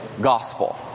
gospel